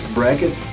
Bracket